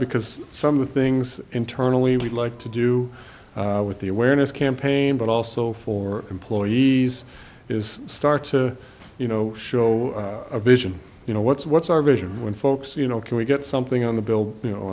because some of the things internally we'd like to do with the awareness campaign but also for employees is start to you know show a vision you know what's what's our vision when folks you know can we get something on the bill you know